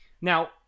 Now